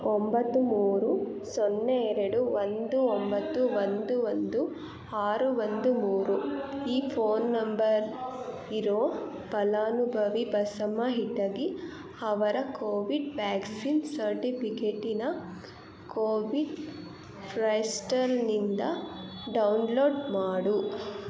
ಒಂಬತ್ತು ಮೂರು ಸೊನ್ನೆ ಎರಡು ಒಂದು ಒಂಬತ್ತು ಒಂದು ಒಂದು ಆರು ಒಂದು ಮೂರು ಈ ಫೋನ್ ನಂಬರ್ ಇರೋ ಫಲಾನುಭವಿ ಬಸಮ್ಮ ಇಟಗಿ ಅವರ ಕೋವಿಡ್ ವ್ಯಾಕ್ಸಿನ್ ಸರ್ಟಿಪಿಕೇಟಿನ ಕೋವಿಡ್ ಕ್ರೈಸ್ಟಲ್ನಿಂದ ಡೌನ್ಲೋಡ್ ಮಾಡು